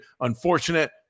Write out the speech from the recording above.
Unfortunate